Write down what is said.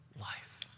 life